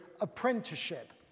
apprenticeship